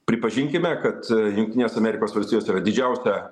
pripažinkime kad jungtinės amerikos valstijos yra didžiausia